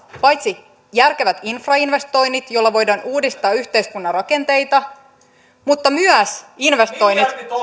paitsi järkevät infrainvestoinnit joilla voidaan uudistaa yhteiskunnan rakenteita myös investoinnit